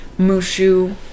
Mushu